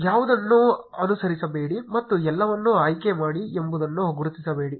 ಯಾವುದನ್ನೂ ಅನುಸರಿಸಬೇಡಿ ಮತ್ತು ಎಲ್ಲವನ್ನು ಆಯ್ಕೆ ಮಾಡಿ ಎಂಬುದನ್ನು ಗುರುತಿಸಬೇಡಿ